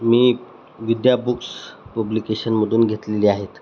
मी Vidya books पब्लिकेशनमधून घेतलेली आहेत